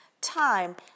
time